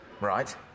Right